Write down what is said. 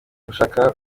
gushika